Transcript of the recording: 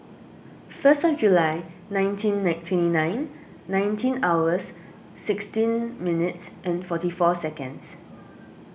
first July nineteen twenty nine nineteen hours sixteen minutes and forty four seconds